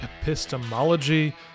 epistemology